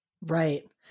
Right